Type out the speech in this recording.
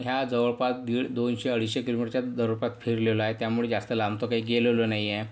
ह्या जवळपास दीडदोनशे अडीचशे किलोमीटरच्या दरोपात फिरलेलो आहे त्यामुळे जास्त लांब तर काय गेलेलो नाही आहे